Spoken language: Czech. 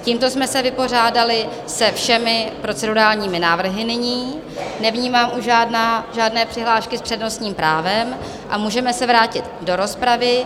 Tímto jsme se vypořádali se všemi procedurálními návrhy nyní, nevnímám už žádné přihlášky s přednostním právem a můžeme se vrátit do rozpravy.